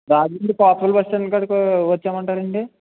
Rajahmundry Kotipalli bus stand కాడికి వచ్చేయమంటారా అండి